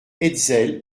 hetzel